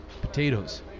potatoes